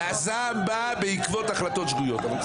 הזעם בא בעקבות החלטות שגויות.